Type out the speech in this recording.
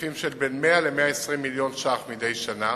בהיקפים של 100 120 מיליון ש"ח מדי שנה.